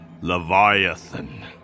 Leviathan